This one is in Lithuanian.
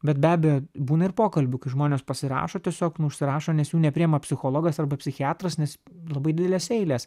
bet be abejo būna ir pokalbių kai žmonės pasirašo tiesiog nu užsirašo nes jų nepriima psichologas arba psichiatras nes labai didelės eilės